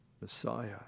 Messiah